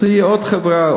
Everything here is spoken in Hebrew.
אז תהיה עוד חברה,